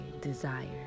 desire